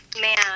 man